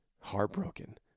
heartbroken